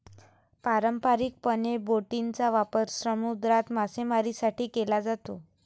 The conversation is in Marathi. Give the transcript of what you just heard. पारंपारिकपणे, बोटींचा वापर समुद्रात मासेमारीसाठी केला जातो